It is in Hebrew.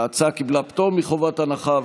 ההצעה קיבלה פטור מחובת הנחה,